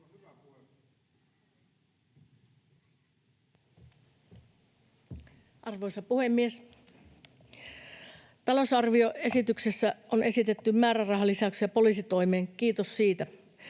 Arvoisa puhemies! Talousarvioesityksessä on esitetty määrärahalisäyksiä poliisitoimeen — kiitos siitä.